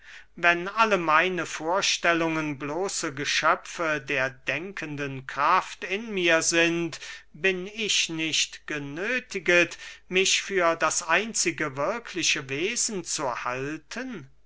wenn alle meine vorstellungen bloße geschöpfe der denkenden kraft in mir sind bin ich nicht genöthiget mich für das einzige wirkliche wesen zu halten